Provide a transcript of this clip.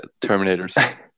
terminators